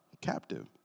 captive